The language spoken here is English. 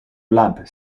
lamp